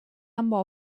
number